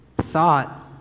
thought